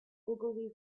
ogilvy